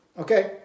okay